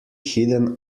hidden